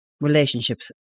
relationships